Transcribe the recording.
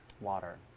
Water